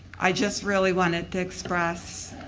i just really wanted to express.